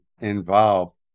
involved